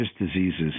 diseases